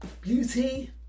beauty